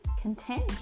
content